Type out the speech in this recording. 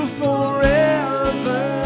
forever